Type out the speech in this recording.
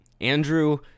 Andrew